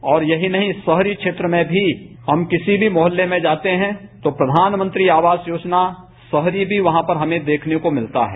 और यही नहीं शहरी क्षेत्र में भी हम किसी भी मोहल्ले में जाते हैं तो प्रघानमंत्री आवास योजना शहरी भी हमें देखने को मिलता है